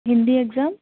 Hindi exam